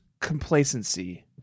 complacency